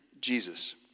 Jesus